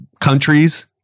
countries